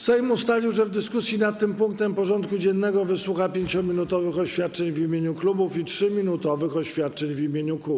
Sejm ustalił, że w dyskusji nad tym punktem porządku dziennego wysłucha 5-minutowych oświadczeń w imieniu klubów i 3-minutowych oświadczeń w imieniu kół.